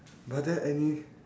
are there any